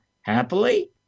happily